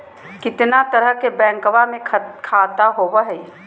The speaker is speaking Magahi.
कितना तरह के बैंकवा में खाता होव हई?